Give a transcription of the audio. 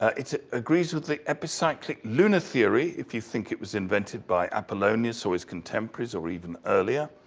it agrees with the epicyclic lunar theory, if you think it was invented by apollonius, or his contemporaries, or even earlier.